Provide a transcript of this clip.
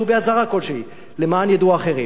למען ידעו אחרים מה מותר ומה אסור.